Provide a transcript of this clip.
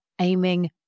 aiming